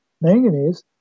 manganese